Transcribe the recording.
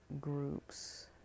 groups